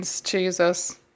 Jesus